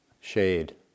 shade